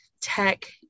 tech